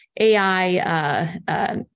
AI